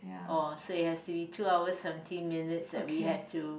oh so it has to be two hour seventeen minutes that we have to